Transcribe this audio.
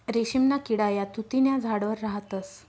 रेशीमना किडा या तुति न्या झाडवर राहतस